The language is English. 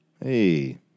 hey